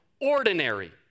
ordinary